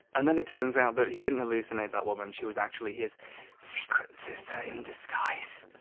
and then it turns out that he didn't hallucinate that woman. she was actually his secret sister in disguise.